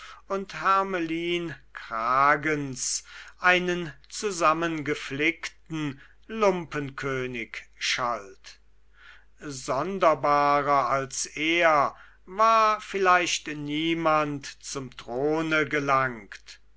und hermelinkragens einen zusammengeflickten lumpenkönig schalt sonderbarer als er war vielleicht niemand zum throne gelangt